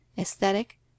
aesthetic